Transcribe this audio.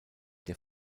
der